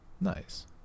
nice